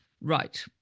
Right